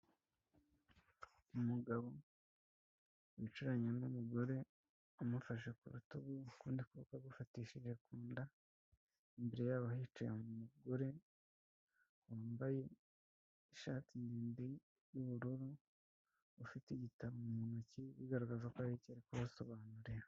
Umugabo wicaranye n'umugore amufashe ku rutugu, ukundi kuboko agufatishije ku nda, imbere ya bo hicaye umugore wambaye ishati ndende y'ubururu ufite igitabo mu ntoki bigaragaza ko haricyo ari kubasobanurira.